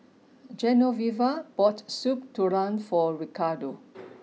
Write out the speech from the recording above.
Genoveva bought Soup Tulang for Ricardo